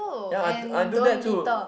ya I do I do that too